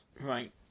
right